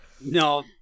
No